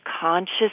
conscious